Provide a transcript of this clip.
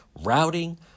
routing